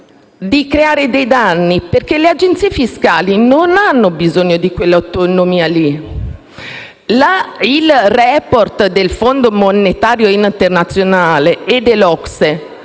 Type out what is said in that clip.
di creare dei danni, perché le agenzie fiscali non hanno bisogno di quell'autonomia. I *report* del Fondo monetario internazionale e dell'OCSE